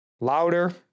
louder